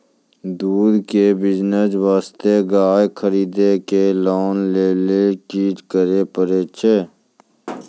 दूध के बिज़नेस वास्ते गाय खरीदे लेली लोन लेली की करे पड़ै छै?